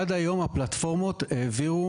עד היום, הפלטפורמות העבירו